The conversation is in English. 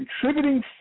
contributing